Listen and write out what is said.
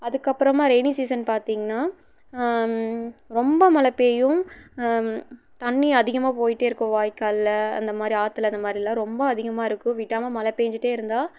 அதுக்கப்புறமா rainy season பார்த்திங்ன்னா ரொம்ப மழை பெய்யும் தண்ணி அதிகமாக போயிகிட்டே இருக்கும் வாய்க்காலில் அந்த மாதிரி ஆற்றுல அந்த மாதிரிலாம் ரொம்ப அதிகமாக இருக்கும் விடாமல் மழை பேஞ்சுட்டே இருந்தால்